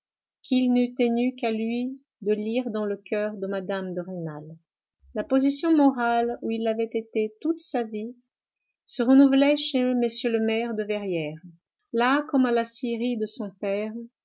qu'il n'eût tenu qu'à lui de lire dans le coeur de mme de rênal la position morale où il avait été toute sa vie se renouvelait chez m le maire de verrières là comme à la scierie de son père